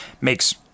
makes